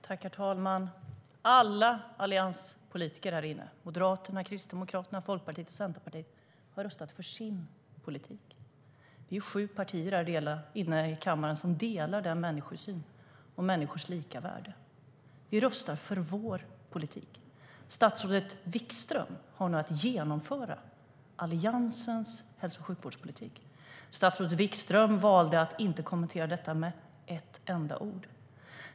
Herr talman! Alla allianspolitiker här inne - Moderaterna, Kristdemokraterna, Folkpartiet och Centerpartiet - har röstat för sinVi röstar för vår politik. Statsrådet Wikström har nu att genomföra Alliansens hälso och sjukvårdspolitik. Statsrådet Wikström valde att inte kommentera detta med ett enda ord.